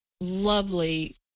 Lovely